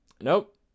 Nope